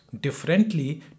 Differently